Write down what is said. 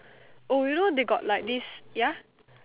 oh you know they got like this ya